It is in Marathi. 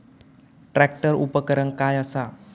ट्रॅक्टर उपकरण काय असा?